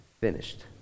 finished